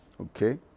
Okay